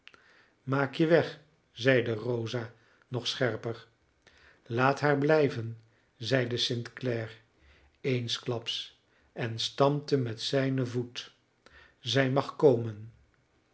maak je weg zeide rosa nog scherper laat haar blijven zeide st clare eensklaps en stampte met zijnen voet zij mag komen